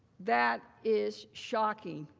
that is shocking.